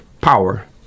power